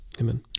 Amen